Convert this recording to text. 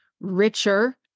richer